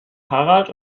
harald